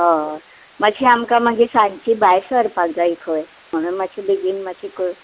हय मात्शें आमकां मागीर सांची भायर सरपाक जाय खंय म्हणून मातशें बेगीन मातशें कर